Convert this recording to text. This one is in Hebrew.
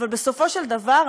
אבל בסופו של דבר,